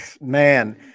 Man